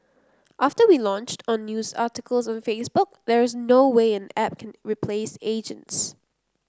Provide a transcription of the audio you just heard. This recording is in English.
after we launched on news articles on Facebook there's no way an app can replace agents